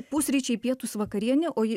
pusryčiai pietūs vakarienė o